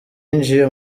yinjiye